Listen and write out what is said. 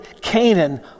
Canaan